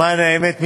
למען האמת,